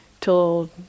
till